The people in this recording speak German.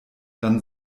dann